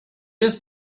jest